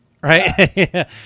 right